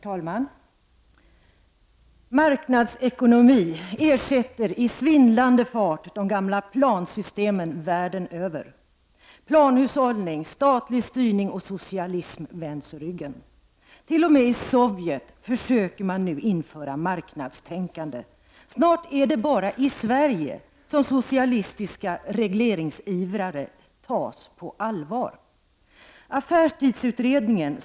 Herr talman! Marknadsekonomin ersätter i svindlande fart de gamla plansystemen världen över. Planhushållning, statlig styrning och socialism vänds ryggen. T.o.m. i Sovjet försöker man nu införa marknadstänkande. Snart är det bara i Sverige som socialistiska regleringsivrare tas på allvar.